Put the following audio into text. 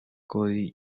cody